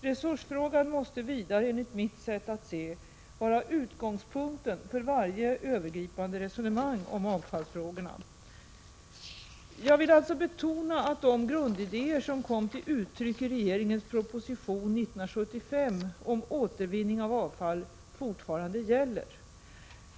Resursfrågan måste vidare, enligt mitt sätt att se, vara utgångspunkten för varje övergripande resonemang om avfallsfrågorna. Jag vill betona att de grundidéer som kom till uttryck i regeringens proposition 1975 om återvinning av avfall fortfarande gäller.